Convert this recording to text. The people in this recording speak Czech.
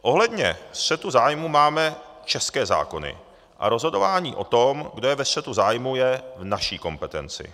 Ohledně střetu zájmu máme české zákony a rozhodování o tom, kdo je ve střetu zájmu je v naší kompetenci.